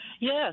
Yes